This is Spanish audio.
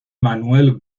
manuel